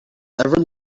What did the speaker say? ever